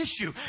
issue